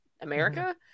America